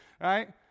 right